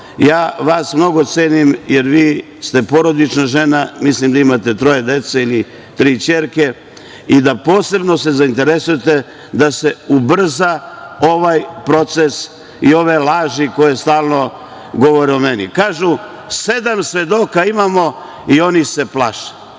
Ja vas mnogo cenim, jer vi ste porodična žena, mislim da imate troje dece ili tri ćerke i da se posebno zainteresujete da se ubrza ovaj proces i ove laži koje stalno govore o meni. Kažu, sedam svedoka imamo i oni se plaše.